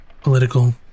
political